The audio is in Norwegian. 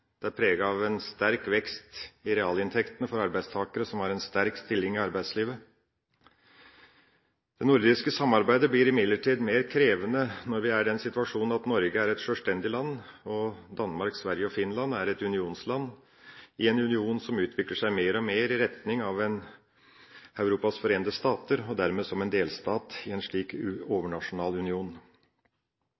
det er preget av en sterk vekst i realinntekten for arbeidstakere som har en sterk stilling i arbeidslivet. Det nordiske samarbeidet blir imidlertid mer krevende når vi er i den situasjonen at Norge er et sjølstendig land og Danmark, Sverige og Finland er unionsland i en union som utvikler seg mer og mer i retning av et Europas forente stater, og dermed er delstater i en slik